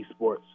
esports